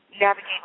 Navigate